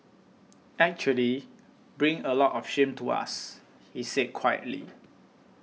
actually bring a lot of shame to us he said quietly